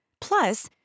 Plus